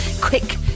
Quick